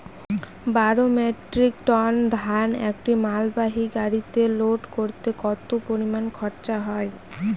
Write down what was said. বারো metric tonne ধান একটি মালবাহী গাড়িতে লোড করতে কতো পরিমাণ খরচা হয়?